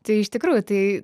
tai iš tikrųjų tai